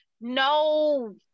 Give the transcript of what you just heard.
no